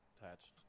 Attached